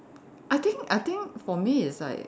I think I think for me it's like